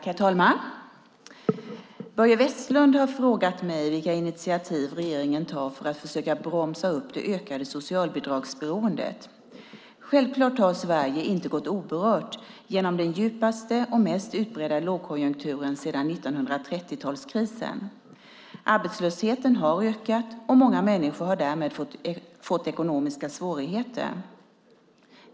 Herr talman! Börje Vestlund har frågat mig vilka initiativ regeringen tar för att försöka bromsa det ökade socialbidragsberoendet. Självklart har Sverige inte gått oberört genom den djupaste och mest utbredda lågkonjunkturen sedan 1930-talskrisen. Arbetslösheten har ökat, och många människor har därmed fått ekonomiska svårigheter.